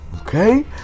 Okay